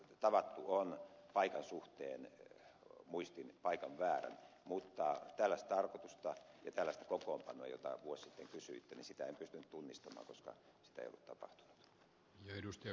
tavattu on paikan suhteen muistin paikan väärin mutta tällaista tarkoitusta ja tällaista kokoonpanoa jota vuosi sitten kysyitte en pystynyt tunnistamaan koska sitä ei ollut tapahtunut